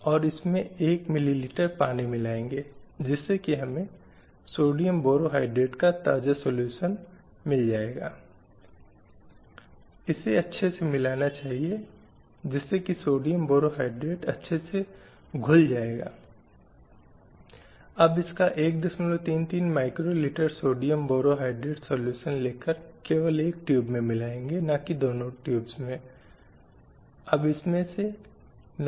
इसे कुछ भारतीयों के नेतृत्व में अंग्रेजों के साथ संबोधित किया गया था और देश में कुछ कानून पारित किए गए थे जिन्होंने इस प्रथा को प्रतिबंधित करने और अपराधियों को दंडित करने का प्रयास किया था जो महिलाओं को चिता में खुद को जलाने के लिए मजबूर करते या यह काम करते थे